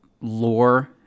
lore